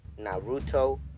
naruto